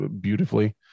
beautifully